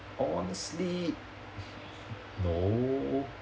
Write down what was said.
honestly no